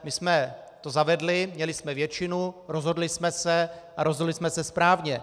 My jsme to zavedli, měli jsme většinu, rozhodli jsme se, a rozhodli jsme se správně.